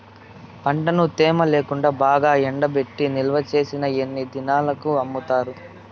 పంటను తేమ లేకుండా బాగా ఎండబెట్టి నిల్వచేసిన ఎన్ని దినాలకు అమ్ముతారు?